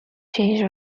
change